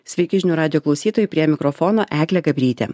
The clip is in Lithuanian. sveiki žinių radijo klausytojai prie mikrofono eglė gabrytė